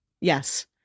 Yes